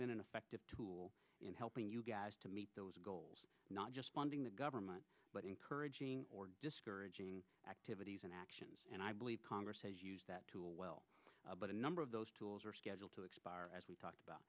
been an effective tool in helping you guys to meet those goals not just funding the government but encouraging or discouraging activities and actions and i believe congress as well but a number of those tools are scheduled to expire as we talked about